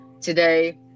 today